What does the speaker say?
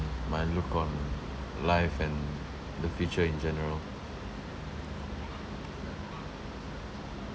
my look on life and the future in general